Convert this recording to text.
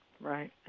right